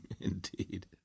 Indeed